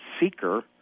seeker